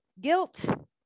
Guilt